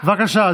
בבקשה,